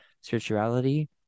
spirituality